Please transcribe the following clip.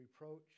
reproach